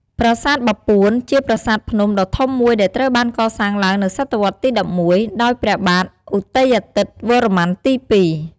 ប្រាសាទបាពួន ជាប្រាសាទភ្នំដ៏ធំមួយដែលត្រូវបានកសាងឡើងនៅសតវត្សរ៍ទី ១១ ដោយព្រះបាទឧទ័យាទិត្យវរ្ម័នទី ២។